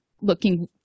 looking